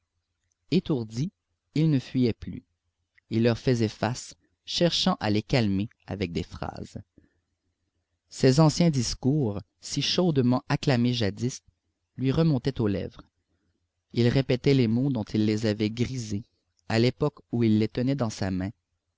étourdi il ne fuyait plus il leur faisait face cherchant à les calmer avec des phrases ses anciens discours si chaudement acclamés jadis lui remontaient aux lèvres il répétait les mots dont il les avait grisés à l'époque où il les tenait dans sa main